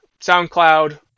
soundcloud